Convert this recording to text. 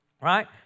Right